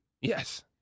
Yes